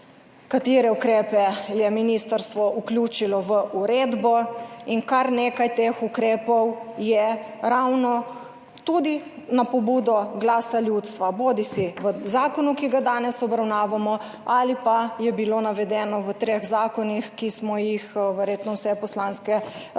katere ukrepe je ministrstvo vključilo v uredbo in kar nekaj teh ukrepov je ravno tudi na pobudo Glasa ljudstva, bodisi v zakonu, ki ga danes obravnavamo, ali pa je bilo navedeno v treh zakonih, ki smo jih verjetno vse poslanske skupine